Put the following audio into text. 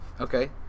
Okay